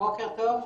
בוקר טוב.